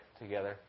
together